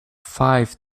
five